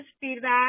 feedback